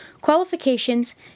qualifications